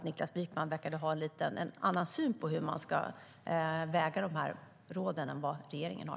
Niklas Wykman verkade ha en lite annan syn på hur man ska väga råden än vad regeringen har.